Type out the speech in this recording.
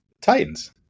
Titans